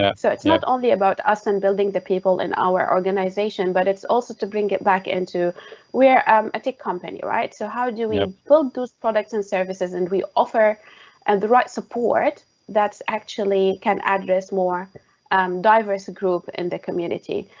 ah so it's not only about us and building the people in our organization, but it's also to bring it back into where um arctic company, right? so how do we ah build those products and services? and we offer and the right support that's actually can address more diverse group in the community.